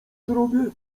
zrobię